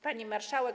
Pani Marszałek!